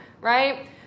right